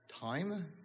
time